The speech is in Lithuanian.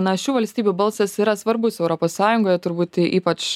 na šių valstybių balsas yra svarbus europos sąjungoje turbūt ypač